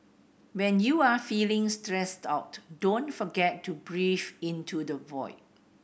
when you are feeling stressed out don't forget to breathe into the void